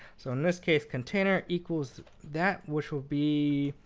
so in this case, container equals that which would be